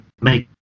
make